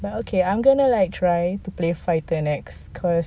but okay I'm like try to play fighter and ex cause